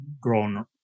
grown